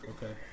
Okay